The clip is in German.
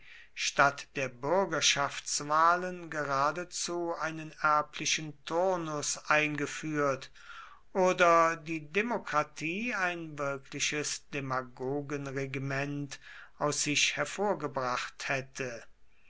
statt der bürgerschaftswahlen geradezu einen erblichen turnus eingeführt oder die demokratie ein wirkliches demagogenregiment aus sich hervorgebracht hätte